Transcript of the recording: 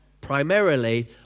primarily